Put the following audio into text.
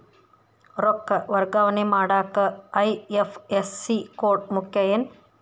ರೊಕ್ಕ ವರ್ಗಾವಣೆ ಮಾಡಾಕ ಐ.ಎಫ್.ಎಸ್.ಸಿ ಕೋಡ್ ಮುಖ್ಯ ಏನ್